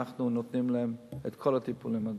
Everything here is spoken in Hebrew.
אנחנו נותנים להם את כל הטיפולים הנדרשים.